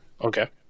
Okay